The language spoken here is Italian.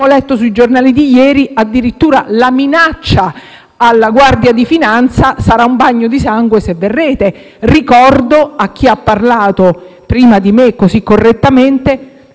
letto sui giornali di ieri addirittura la minaccia alla Guardia di finanza: «Se entrate sarà un bagno di sangue». Ricordo a chi ha parlato prima di me così correttamente